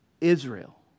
Israel